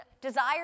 desire